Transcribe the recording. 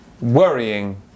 ...worrying